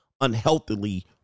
unhealthily